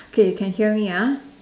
K can hear me ah